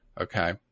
Okay